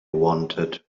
wanted